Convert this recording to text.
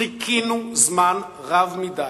חיכינו זמן רב מדי,